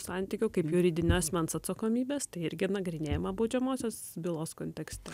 santykių kaip juridinio asmens atsakomybės tai irgi nagrinėjama baudžiamosios bylos kontekste